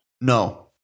No